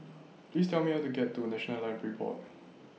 Please Tell Me How to get to National Library Board